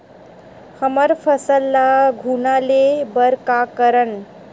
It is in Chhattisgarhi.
हमर फसल ल घुना ले बर का करन?